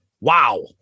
Wow